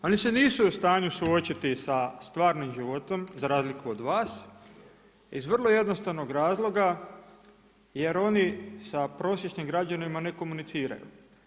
Oni se nisu u stanju suočiti sa stvarnim životom za razliku od vas, iz vrlo jednostavnog razloga jer oni sa prosječnim građanima ne komuniciraju.